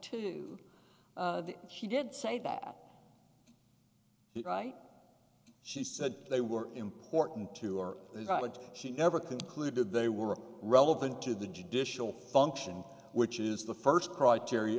that she did say that right she said they were important to our knowledge she never concluded they were relevant to the judicial function which is the first criteria